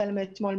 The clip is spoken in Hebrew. החל מאתמול,